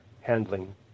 handling